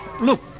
look